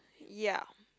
ya